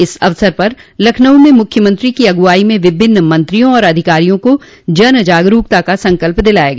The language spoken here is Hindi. इस अवसर पर लखनऊ में मुख्यमंत्री की अगुआई में विभिन्न मंत्रियों और और अधिकारियों को जन जागरूकता संकल्प दिलाया गया